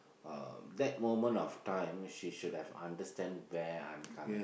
uh that moment of time she should have understand where I'm coming